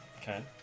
Okay